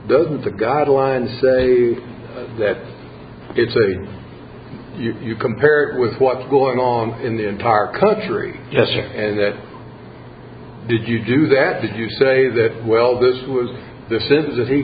doesn't the guidelines say that it's you compare it with what's going on in the entire country and that did you do that did you say that well this was the fit that he